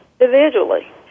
individually